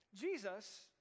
Jesus